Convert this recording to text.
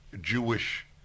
Jewish